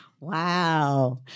Wow